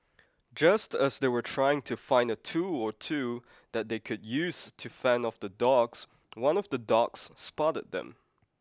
just as they were trying to find a tool or two that they could use to fend off the dogs one of the dogs spotted them